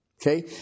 Okay